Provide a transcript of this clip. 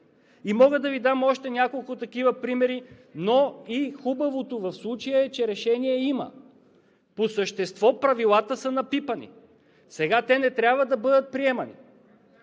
Мога да Ви дам още няколко такива примери, но и хубавото в случая е, че решение има. По същество правилата са напипани. Сега те не трябва да бъдат приемани.